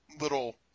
little